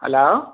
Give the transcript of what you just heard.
hello